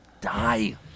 die